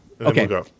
Okay